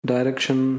Direction